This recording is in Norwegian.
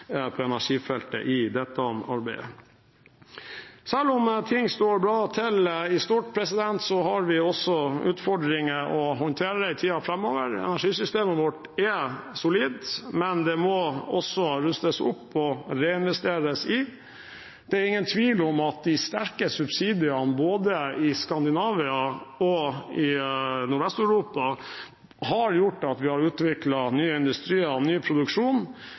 på energifeltet i dette arbeidet. Selv om det står bra til med ting i stort, har vi også utfordringer å håndtere i tiden framover. Energisystemet vårt er solid, men det må også rustes opp og reinvesteres i. Det er ingen tvil om at de sterke subsidiene, både i Skandinavia og i Nordvest-Europa, har gjort at vi har utviklet nye industrier og ny produksjon.